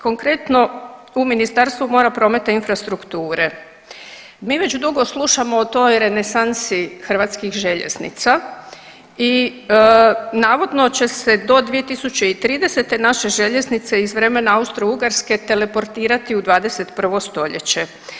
Konkretno u Ministarstvu mora, prometa i infrastrukture mi već dugo slušamo o toj renesansi Hrvatskih željeznica i navodno će se do 2030. naše željeznice iz vremena Austro-Ugarske teleportirati u 21. stoljeće.